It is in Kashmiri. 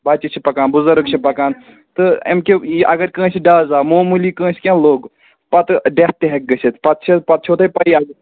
بَچہِ چھِ پَکان بُزرٕگ چھِ پَکان تہٕ امہِ کٮ۪و اگر کٲنٛسہِ ڈز آو موٚموٗلی کٲنٛسہِ کیٚنٛہہ لوٚگ پَتہٕ ڈیتھ تہِ ہیٚکہِ گٔژھِتھ پَتہٕ چھِ پَتہٕ چھَو تۄہہِ پَیی